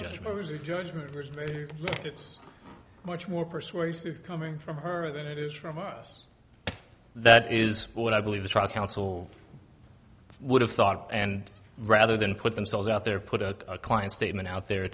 judgment was a judgment it's much more persuasive coming from her than it is from us that is what i believe the trial counsel i would have thought and rather than put themselves out there put a client statement out there